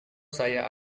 saya